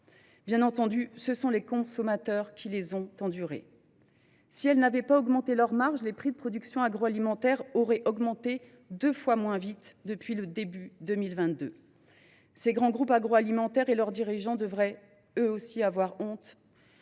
Bien entendu, ce sont les consommateurs qui ont enduré ces derniers… Si ces entreprises n’avaient pas augmenté leurs marges, les prix de production agroalimentaire auraient augmenté deux fois moins vite depuis le début 2022. Ces grands groupes agroalimentaires et leurs dirigeants devraient eux aussi avoir honte